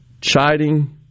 chiding